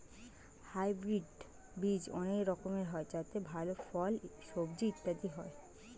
hybrid বীজ অনেক রকমের হয় যাতে ভালো ফল, সবজি ইত্যাদি হয়